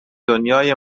دنیای